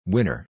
Winner